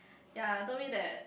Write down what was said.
ya told me that